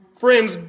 Friends